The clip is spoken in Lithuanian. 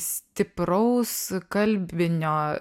stipraus kalbinio